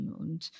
und